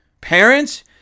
parents